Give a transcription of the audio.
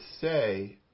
say